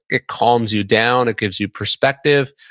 it calms you down, it gives you perspective.